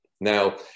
Now